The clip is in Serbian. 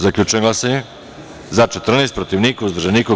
Zaključujem glasanje: za – 14, protiv – niko, uzdržan – niko.